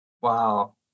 Wow